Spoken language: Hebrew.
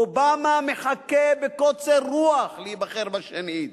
אובמה מחכה בקוצר רוח להיבחר שנית